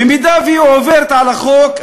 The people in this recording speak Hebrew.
במידה שהיא עוברת על החוק,